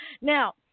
Now